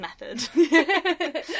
method